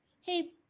Hey